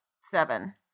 Seven